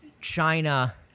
China